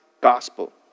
gospel